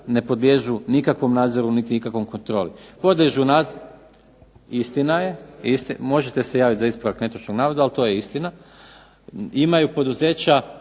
ne podliježu nikakvom nadzoru niti nikakvoj kontroli. Podliježu, istina je, možete se javiti za ispravak netočnog navoda ali to je istina. Imaju poduzeća